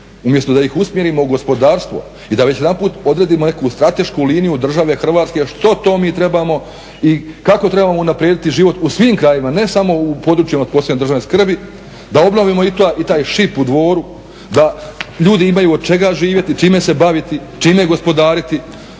umjesto da ih usmjerimo u gospodarstvo i da već jedanput odredimo neku stratešku liniju države Hrvatske što to mi trebamo i kako trebamo unaprijediti život u svim krajevima ne samo u područjima od posebne državne skrbi, da obnovimo i taj ŠIP u Dvoru, da ljudi imaju od čega živjeti, čime se baviti, čime gospodariti